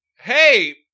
hey